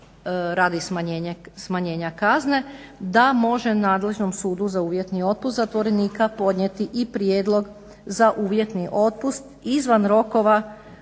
radi smanjenja kazne, da može nadležnom sudu za uvjetni otpust zatvorenika podnijeti i prijedlog za uvjetni otpust izvan rokova